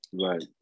right